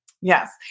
Yes